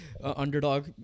underdog